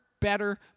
better